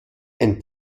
ein